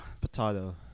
Potato